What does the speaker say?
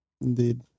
Indeed